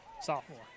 Sophomore